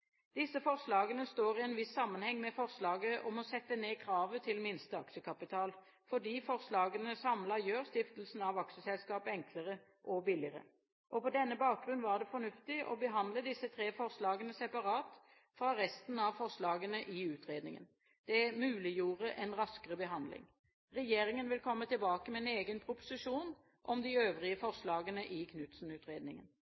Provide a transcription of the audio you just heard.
Disse forslagene står i en viss sammenheng med forslaget om å sette ned kravet til minste aksjekapital, fordi forslagene samlet gjør stiftelsen av aksjeselskapet enklere og billigere. På denne bakgrunn var det fornuftig å behandle disse tre forslagene separat fra resten av forslagene i utredningen. Det muliggjorde en raskere behandling. Regjeringen vil komme tilbake med en egen proposisjon om de øvrige